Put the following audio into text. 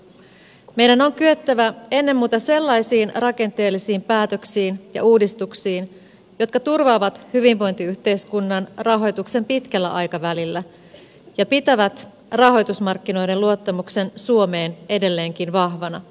meidän on kyettävä ennen muuta sellaisiin rakenteellisiin päätöksiin ja uudistuksiin jotka turvaavat hyvinvointiyhteiskunnan rahoituksen pitkällä aikavälillä ja pitävät rahoitusmarkkinoiden luottamuksen suomeen edelleenkin vahvana